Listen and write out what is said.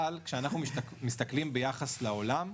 אבל כשאנחנו מסתכלים ביחס לעולם,